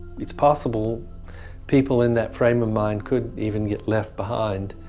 it's possible people in that frame of mind could even get left behind.